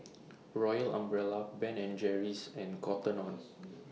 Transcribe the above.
Royal Umbrella Ben and Jerry's and Cotton on